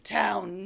town